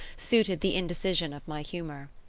suited the indecision of my humour.